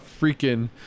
freaking